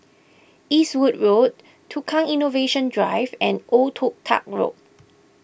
Eastwood Road Tukang Innovation Drive and Old Toh Tuck Road